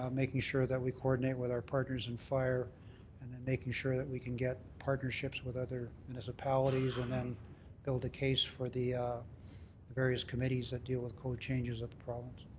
um making sure that we coordinate with our partners in fire and then making sure that we can get partnerships with other municipalities and then build a case for the the various committees that deal with code changes of the province.